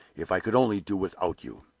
if i could only do without you!